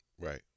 Right